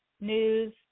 news